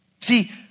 See